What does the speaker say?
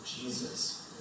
Jesus